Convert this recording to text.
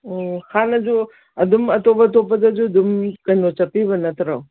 ꯑꯣ ꯍꯥꯟꯅꯁꯨ ꯑꯗꯨꯝ ꯑꯇꯣꯞ ꯑꯇꯣꯞꯄꯗꯁꯨ ꯑꯗꯨꯝ ꯀꯩꯅꯣ ꯆꯠꯄꯤꯕ ꯅꯠꯇ꯭ꯔꯣ